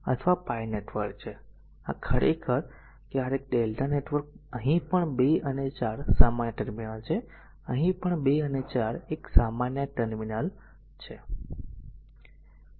તેથી આ ખરેખર છે આ ક્યારેક ક callલ છે Δ નેટવર્ક અહીં પણ 2 અને 4 સામાન્ય ટર્મિનલ છે અહીં પણ આ 2 અને 4 આ એક સામાન્ય ટર્મિનલ છે